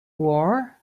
war